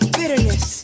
bitterness